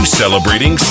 celebrating